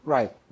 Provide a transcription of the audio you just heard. Right